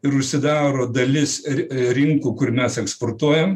ir užsidaro dalis ri rinkų kur mes eksportuojam